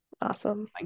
Awesome